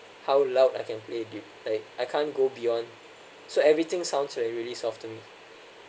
how loud I can play dude like I can't go beyond so everything sounds like really soft to me